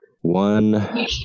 one